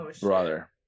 brother